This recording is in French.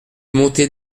montée